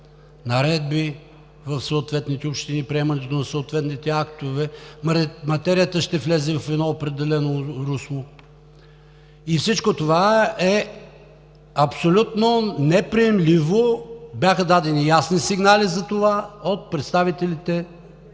наредби в съответните общини, по приемане на съответните актове, материята ще влезе в едно определено русло. Всичко това е абсолютно неприемливо – бяха дадени ясни сигнали за това от представителите